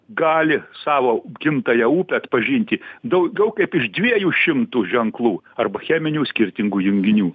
gali savo gimtąją upę atpažinti daugiau kaip iš dviejų šimtų ženklų arba cheminių skirtingų junginių